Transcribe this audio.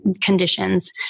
conditions